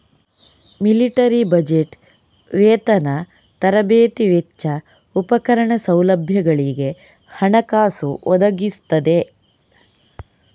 military budget ವೇತನ, ತರಬೇತಿ ವೆಚ್ಚ, ಉಪಕರಣ, ಸೌಲಭ್ಯಗಳಿಗೆ ಹಣಕಾಸು ಒದಗಿಸ್ತದೆ